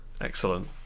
Excellent